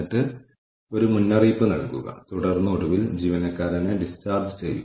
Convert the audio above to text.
ആളുകൾ അവരുടെ മെഷീനുകൾ വളരെ സുരക്ഷിതമായും ജാഗ്രതയോടെയും കൈകാര്യം ചെയ്യുന്നില്ല